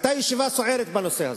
היתה ישיבה סוערת בנושא הזה.